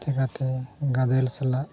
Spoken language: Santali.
ᱪᱤᱠᱟᱹᱛᱮ ᱜᱟᱫᱮᱞ ᱥᱟᱞᱟᱜ